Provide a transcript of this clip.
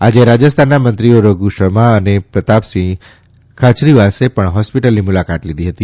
આજે રાજસ્થાનના મંત્રીઓ રધુ શ્રમા અને પ્રતાપસિંહ ખાયરીવાસે પણ હોસ્પિટલની મુલાકાત લીધી હતી